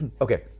Okay